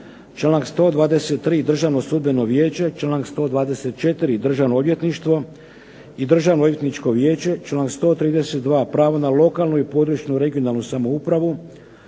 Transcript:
članka 22. Državno sudbeno vijeće, članka 23. Državno odvjetništvo i Državno odvjetničko vijeće, članka 25. pravo na lokalnu i područnu samoupravu,